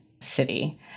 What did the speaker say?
city